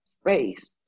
space